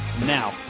Now